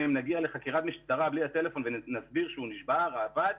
אם נגיע לחקירת משטרה בלי הטלפון ונסביר שהוא נשבר או אבד,